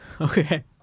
Okay